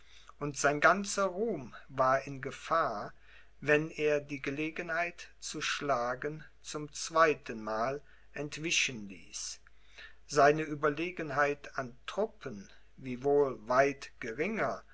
und sein ganzer ruhm war in gefahr wenn er die gelegenheit zu schlagen zum zweitenmal entwischen ließ seine ueberlegenheit an truppen wiewohl weit geringer